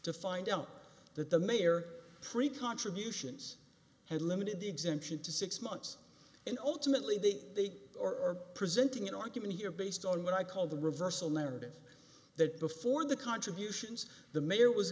to find out that the mayor three contributions had limited the exemption to six months and ultimately they are presenting an argument here based on what i call the reversal narrative that before the contributions the mayor was